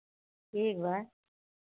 ठीक बा